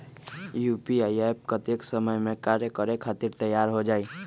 UPI app कतेइक समय मे कार्य करे खातीर तैयार हो जाई?